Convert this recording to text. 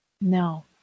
no